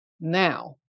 now